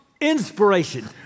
inspiration